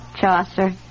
Chaucer